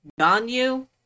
Ganyu